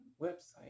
website